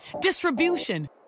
distribution